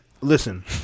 listen